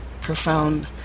profound